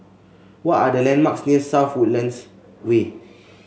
what are the landmarks near South Woodlands Way